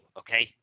okay